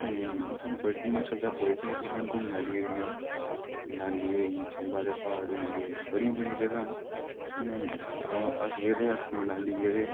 उ'त्थें हिमाचल च बड़ी सारी जगह् न घूमने आह्लियां जि'यां मनाली होई चम्बा दे प्हाड़ होइये बड़ियां बड़ियां जगह् न अस गे ते अस मनाली गेदे हे